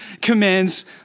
commands